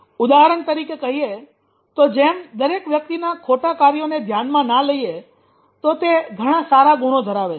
ઉદાહરણ તરીકે કહીએ તો જેમ દરેક વ્યક્તિના ખોટા કાર્યોને ધ્યાનમાં ના લઈએ તો તે ઘણા સારા ગુણો ધરાવે છે